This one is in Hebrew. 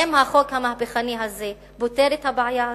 האם החוק המהפכני הזה פותר את הבעיה הזאת?